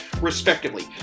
respectively